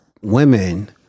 Women